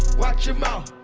watch your mouth,